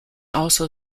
also